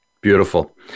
Beautiful